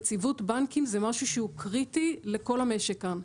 יציבות בנקים זה משהו שהוא קריטי לכל המשק כאן,